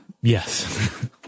Yes